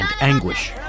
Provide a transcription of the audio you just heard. anguish